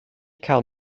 cael